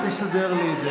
תתרגם.